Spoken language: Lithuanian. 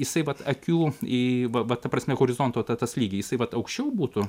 jisai vat akių į va ta prasme horizonto ta tas lygį jisai vat aukščiau būtų